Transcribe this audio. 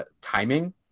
timing